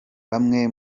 bamwe